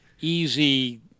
easy